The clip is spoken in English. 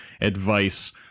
advice